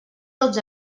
tots